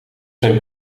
zijn